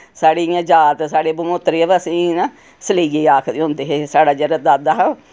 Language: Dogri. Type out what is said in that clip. साढ़ी इ'यां जात साढ़े बंगोत्रे बस एह् ही न सलेइये आखदे होंदे हे साढ़ा जेह्ड़ा दादा हा